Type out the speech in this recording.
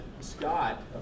Scott